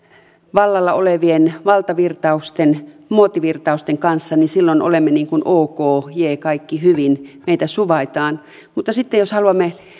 vallalla olevien valtavirtausten muotivirtausten kanssa olemme ikään kuin ok jee kaikki hyvin meitä suvaitaan mutta sitten jos haluamme